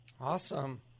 awesome